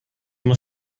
muss